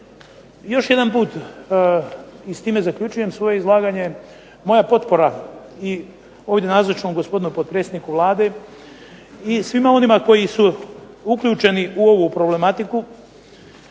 Još jedanput i s time zaključujem svoje izlaganje, moja potpora i ovdje nazočnom gospodinu potpredsjedniku Vlade i svima onima koji su uključeni u ovu problematiku,